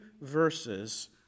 verses